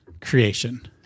creation